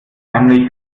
heimlich